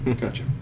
Gotcha